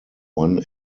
one